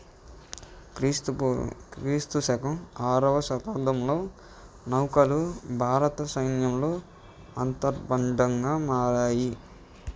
క్రీస్తు పూ క్రీస్తు శకం ఆరవ శతాబ్దంలో నౌకలు భారత సైన్యంలో అంతర్బంధంగా మారాయి